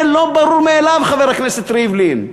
זה לא ברור מאליו, חבר הכנסת ריבלין.